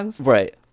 Right